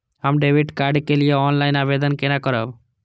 हम debit card के लिए ऑनलाइन आवेदन केना करब?